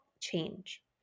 change